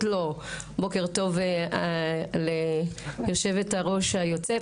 לו --- בוקר טוב ליושבת-ראש היוצאת,